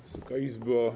Wysoka Izbo!